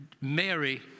Mary